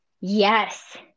yes